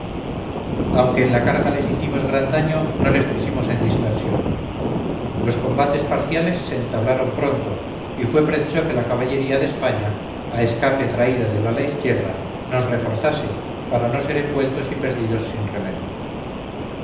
aunque en la carga les hicimos gran daño no les pusimos en dispersión los combates parciales se entablaron pronto y fue preciso que la caballería de españa a escape traída del ala izquierda nos reforzase para no ser envueltos y perdidos sin remedio